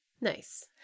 Nice